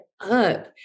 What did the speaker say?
up